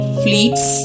fleets